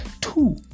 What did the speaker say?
Two